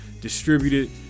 distributed